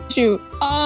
Shoot